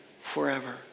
forever